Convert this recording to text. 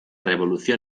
revolución